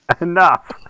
Enough